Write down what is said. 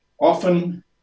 often